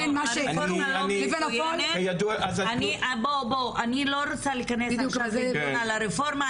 בין מה --- אני לא רוצה להיכנס לדיון על הרפורמה,